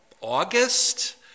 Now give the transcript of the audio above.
August